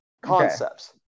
concepts